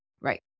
right